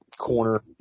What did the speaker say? corner